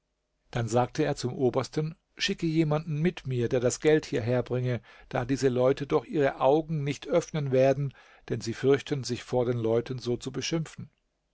dann sagte er zum obersten schicke jemanden mit mir der das geld hierherbringe da diese leute doch ihre augen nicht öffnen werden denn sie fürchten sich vor den leuten so zu beschimpfen